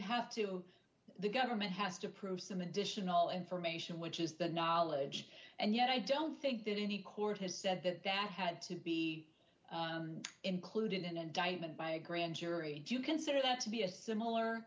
have to the government has to prove some additional information which is the knowledge and yet i don't think that any court has said that that had to be included an indictment by a grand jury do you consider that to be a similar